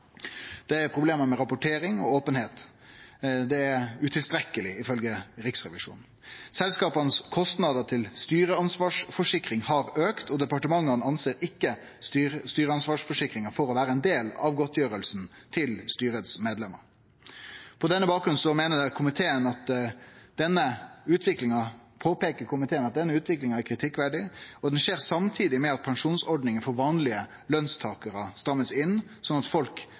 Det er problem med rapportering og openheit. Det er utilstrekkeleg, ifølgje Riksrevisjonen. Kostnadene for selskapa til styreansvarsforsikring har auka, og departementet reknar ikkje styreansvarsforsikringa for å vere ein del av godtgjersla til styremedlemane. Komiteen påpeiker på denne bakgrunnen at utviklinga er kritikkverdig, og det skjer samtidig med at pensjonsordninga for vanlege lønstakarar blir stramma inn, slik at folk